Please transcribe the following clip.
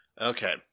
Okay